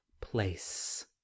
place